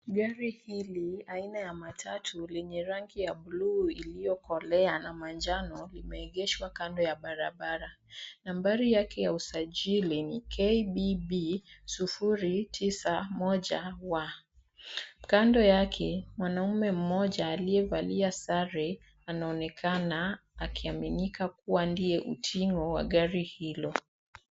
Gari hili, aina ya matatu lenye rangi ya bluu iliyokolea na manjano, limeegeshwa kando ya barabara. Nambari yake ya usajili ni KBB 091W. Kando yake, mwanaume mmoja aliyevalia sare anaonekana akiaminika kuwa ndiye utingo wa gari hilo.